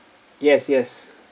yes yes